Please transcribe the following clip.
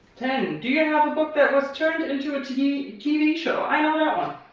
ten do you have a book that was turned into a tv tv show? i know that one.